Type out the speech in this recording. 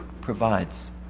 provides